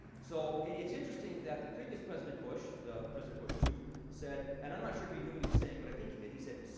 so, it's interesting that the previous president bush the president bush two said and i'm not sure if he knew what he was saying, but i think he did he said,